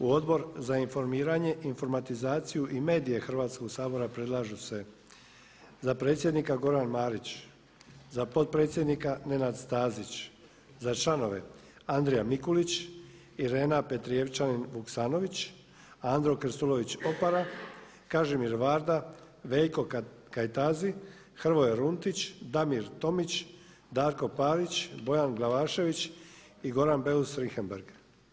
U Odbor za informiranje, informatizaciju i medije Hrvatskoga sabora predlažu se za predsjednika Goran Marić, za potpredsjednika Nenad Stazić, za članove Andrija Mikulić, Irena Petrijevčanin Vuksanović, andro Krstulović Opara, Kažimil Varda, Veljko Kajtazi, Hrvoje Runtić, Damir Tomić, Darko Parić, Bojan Glavašević i Goran Beus Richembergh.